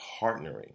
partnering